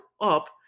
up